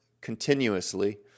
continuously